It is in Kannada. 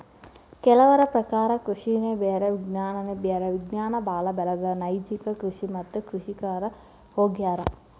ಕೆಲವರ ಪ್ರಕಾರ ಕೃಷಿನೆ ಬೇರೆ ವಿಜ್ಞಾನನೆ ಬ್ಯಾರೆ ವಿಜ್ಞಾನ ಬಾಳ ಬೆಳದ ನೈಜ ಕೃಷಿ ಮತ್ತ ಕೃಷಿಕರ ಹೊಗ್ಯಾರ